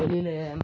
தொழிலை